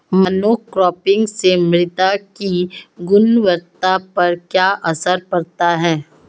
Monocropping से मृदा की गुणवत्ता पर क्या असर पड़ता है?